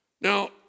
Now